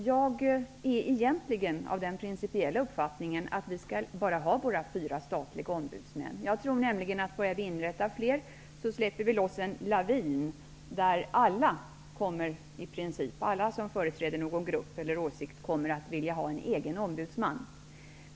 Jag är egentligen av den principiella uppfattingen att vi bara skall ha fyra statliga ombudsmän. Om vi börjar med att inrätta fler ombudsmän släpper vi loss en lavin av personer som företräder en grupp eller åsikt och som kommer att vilja ha en egen ombudsman.